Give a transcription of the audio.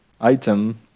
item